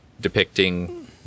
depicting